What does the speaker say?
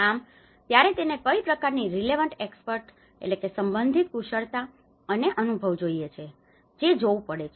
આમ ત્યારે તેને કઈ પ્રકારની રિલેવન્ટ એક્સપર્ટ્સ relevant expertise સંબંધિત કુશળતા અને અનુભવ જોઈએ છે જેજોવુંપડેછે